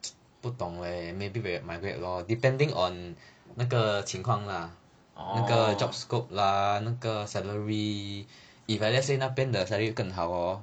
不懂 leh maybe will migrate lor depending on 那个情况啦那个 job scope lah 那个 salary if let's say 那边的 salary 更好哦